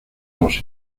los